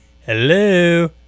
Hello